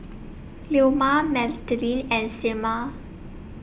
Leoma Madilyn and Selmer